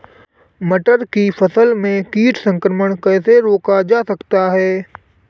मटर की फसल में कीट संक्रमण कैसे रोका जा सकता है?